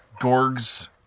Gorgs